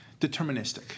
deterministic